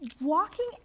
Walking